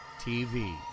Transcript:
TV